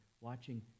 watching